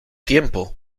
tiempo